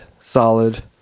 solid